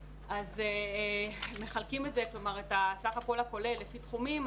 אם מחלקים את סך הכול הכולל לפי תחומים,